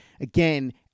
Again